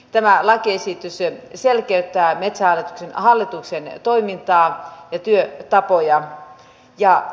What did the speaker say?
tämä lakiesitys selkeyttää metsähallituksen hallituksen toimintaa ja työtapoja